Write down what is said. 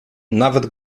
nawet